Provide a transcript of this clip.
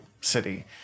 City